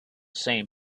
same